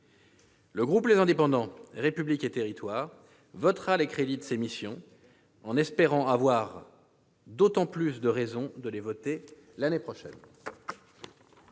Le groupe Les Indépendants-République et Territoires votera les crédits de ces missions, en espérant avoir plus de raisons encore de le faire l'année prochaine.